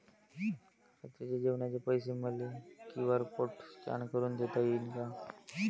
रात्रीच्या जेवणाचे पैसे मले क्यू.आर कोड स्कॅन करून देता येईन का?